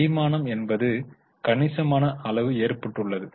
தேய்மானம் என்பது கணிசமான அளவு ஏற்பட்டுள்ளது